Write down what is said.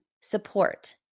support